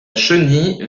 chenille